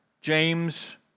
James